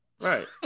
right